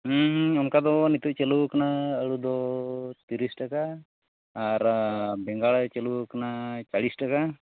ᱦᱮᱸ ᱦᱮᱸ ᱚᱱᱠᱟᱫᱚ ᱱᱤᱛᱚᱜ ᱪᱟᱹᱞᱩᱣ ᱟᱠᱟᱱᱟ ᱟᱹᱲᱩᱫᱚᱻ ᱛᱤᱨᱚᱥ ᱴᱟᱠᱟ ᱟᱨ ᱵᱮᱸᱜᱟᱲ ᱪᱟᱹᱞᱩᱣ ᱟᱠᱟᱱᱟ ᱪᱟᱞᱤᱥ ᱴᱟᱠᱟ